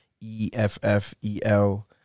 E-F-F-E-L